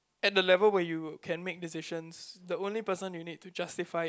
at the level where you can make decisions the only person you need to justified